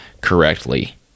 correctly